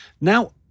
Now